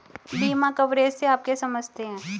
बीमा कवरेज से आप क्या समझते हैं?